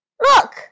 Look